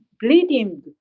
bleeding